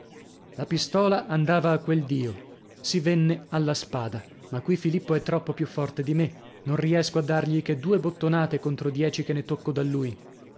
la pistola andava a quel dio si venne alla spada ma qui filippo è troppo più forte di me non riesco a dargli che due bottonate contro dieci che ne tocco da lui